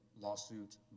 lawsuit